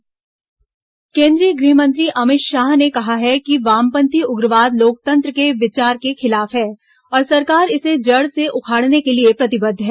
गृहमंत्री वाम उग्रवाद बैठक केंद्रीय गृहमंत्री अमित शाह ने कहा है कि वामपंथी उग्रवाद लोकतंत्र के विचार के खिलाफ है और सरकार इसे जड़ से उखाड़ने के लिए प्रतिबद्ध है